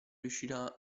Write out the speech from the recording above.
riuscirà